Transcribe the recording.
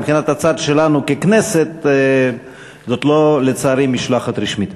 מבחינת הצד שלנו ככנסת, לצערי זאת לא משלחת רשמית.